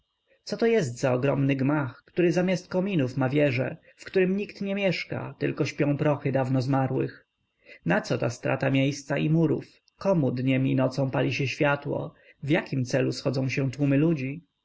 siebie coto jest za ogromny gmach który zamiast kominów ma wieże w którym nikt nie mieszka tylko śpią prochy dawno zmarłych naco ta strata miejsca i murów komu dniem i nocą pali się światło w jakim celu schodzą się tłumy łudzi